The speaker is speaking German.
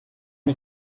die